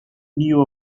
knew